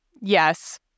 yes